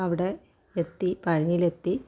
അവിടെ എത്തി പഴനിയിലെത്തി